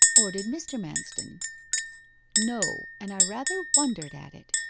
or did mr. manston no and i rather wondered at it.